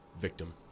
Victim